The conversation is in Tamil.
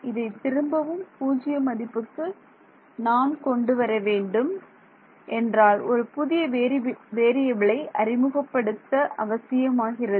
இதை திரும்பவும் பூஜ்ஜியம் மதிப்புக்கு நான் கொண்டுவர வேண்டும் என்றால் ஒரு புதிய வேறியபிலை அறிமுகப்படுத்த அவசியமாகிறது